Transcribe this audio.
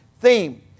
theme